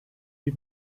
die